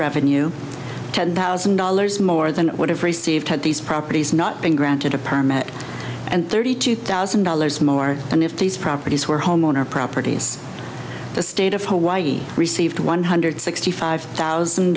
revenue ten thousand dollars more than i would have received had these properties not been granted a permit and thirty two thousand dollars more and if these properties were homeowner properties the state of hawaii received one hundred sixty five thousand